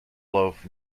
loaf